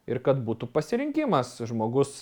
ir kad būtų pasirinkimas žmogus